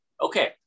okay